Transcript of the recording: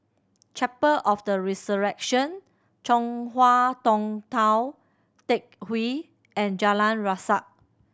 Chapel of the Resurrection Chong Hua Tong Tou Teck Hwee and Jalan Resak